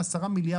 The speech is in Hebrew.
בהמשך.